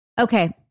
Okay